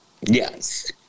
Yes